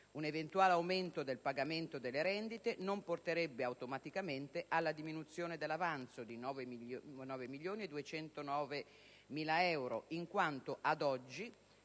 Un eventuale aumento del pagamento delle rendite non porterebbe automaticamente alla diminuzione dell'avanzo di 9.209.863 euro, in quanto ad oggi